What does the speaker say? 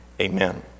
Amen